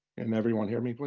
and everyone hear me, please?